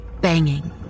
Banging